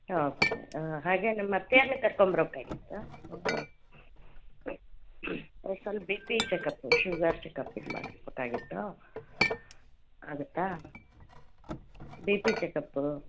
ಹಾಂ ಓಕೆ ಹಾಂ ಹಾಗೆ ನಮ್ಮ ಅತ್ತೆಯೋರ್ನು ಕರ್ಕೊಂಡ್ಬರ್ಬೇಕಾಗಿತ್ತು ಹ್ಞೂ ಸ್ವಲ್ಪ B P checkup sugar checkup ಇದು ಮಾಡಬೇಕಾಗಿತ್ತು ಅದಕ್ಕೆ ಬಿ ಪಿ ಚೆಕಪ್ಪು